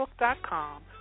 facebook.com